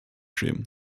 schämen